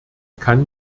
kann